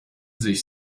sich